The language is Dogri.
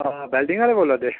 आं बेल्डिंग आह्ले बोल्ला दे